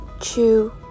chew